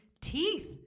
teeth